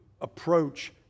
approach